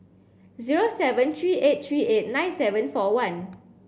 zero seven three eight three eight nine seven four one